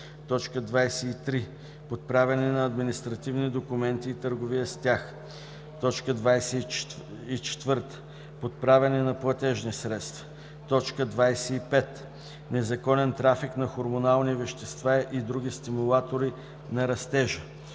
23. подправяне на административни документи и търговия с тях; 24. подправяне на платежни средства; 25. незаконен трафик на хормонални вещества и други стимулатори на растежа;